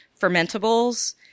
fermentables